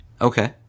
Okay